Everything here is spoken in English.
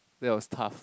there was tough